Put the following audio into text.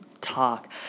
talk